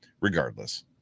regardless